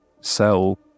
sell